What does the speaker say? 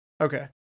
Okay